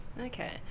Okay